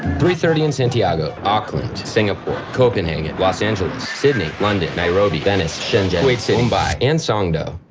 three thirty in santiago. auckland singapore copenhagen los angeles sydney london nairobi venice shenzhen kuwait city mumbai and songdo.